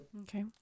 Okay